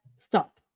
stop